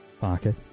pocket